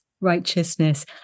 righteousness